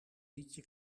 liedje